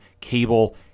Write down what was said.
cable